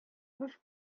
буш